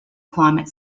climate